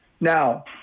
Now